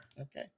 Okay